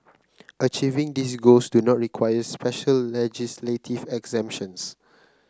achieving these goals do not require special legislative exemptions